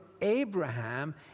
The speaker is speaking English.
Abraham